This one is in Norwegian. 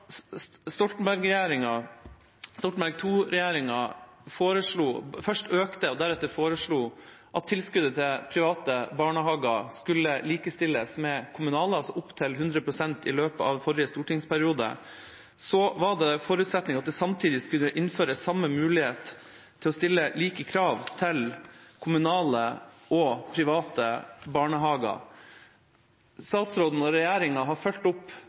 Stoltenberg II-regjeringa først økte og deretter foreslo at tilskuddet til private barnehager skulle likestilles med tilskuddet til kommunale, altså opp til 100 pst., i løpet av forrige stortingsperiode, var forutsetningen at man samtidig skulle innføre en mulighet til å stille like krav til kommunale og private barnehager. Statsråden og regjeringa har fulgt opp